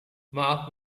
maaf